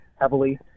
heavily